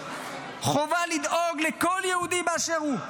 החובה לדאוג לכל יהודי באשר הוא,